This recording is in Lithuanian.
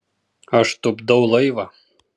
aš tupdau laivą